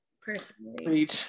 personally